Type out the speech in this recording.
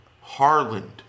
Harland